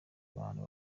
bantu